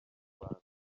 rwanda